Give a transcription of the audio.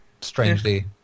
strangely